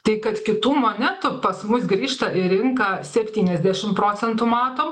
tai kad kitų monetų pas mus grįžta į rinką septuniasdešim procentų matom